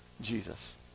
Jesus